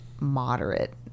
moderate